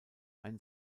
ein